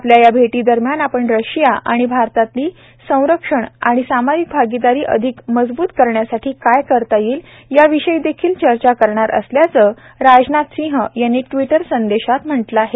आपल्या या भेटीदरम्यान आपण रशिया आणि भारतातली संरक्षण आणि सामारिक भागिदारी अधिक मजबूत करण्यासाठी काय करता येईल याविषयीदेखील चर्चा करणार असल्याचं राजनाथ सिंह यांनी ट्विटर संदेशात म्हटलं आहे